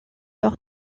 leur